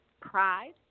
pride